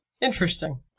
Interesting